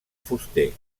fuster